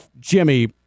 Jimmy